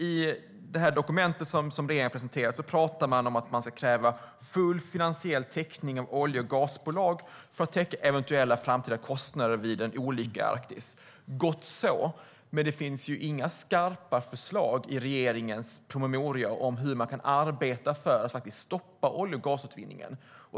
I det dokument regeringen har presenterat pratar man om att man ska kräva full finansiell täckning av olje och gasbolag för eventuella framtida kostnader vid en olycka i Arktis, och det är gott så. Men det finns inga skarpa förslag i regeringens promemoria om hur man kan arbeta för att faktiskt stoppa olje och gasutvinningen.